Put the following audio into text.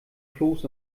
kloß